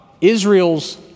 Israel's